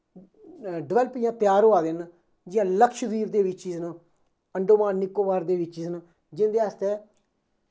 develop जेह्ड़े त्यार होआ दे न जियां लक्ष्यद्वीप दे बीचिस न अंडोमान निक्कोबार दे बीचिस न जिंदे आस्तै